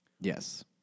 Yes